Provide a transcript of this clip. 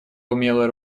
умелое